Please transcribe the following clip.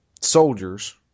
soldiers